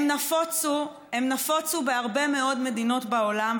הם נפוצו בהרבה מאוד מדינות בעולם,